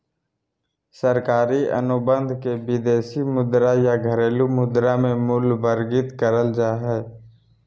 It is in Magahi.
सरकारी अनुबंध के विदेशी मुद्रा या घरेलू मुद्रा मे मूल्यवर्गीत करल जा हय